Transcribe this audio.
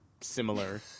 similar